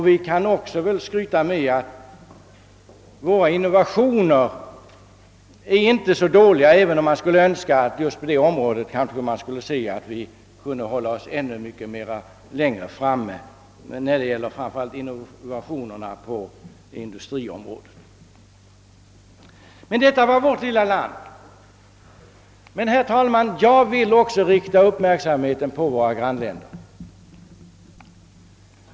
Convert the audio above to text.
Vi kan väl också skryta med att våra innovationer inte är så dåliga, även om man skulle önska att vi på det området, framför allt när det gäller industrins innovationer, hade hållit oss framme ännu bättre. Men, herr talman, jag vill också rikta uppmärksamheten på våra grannländer.